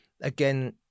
again